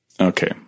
Okay